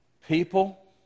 People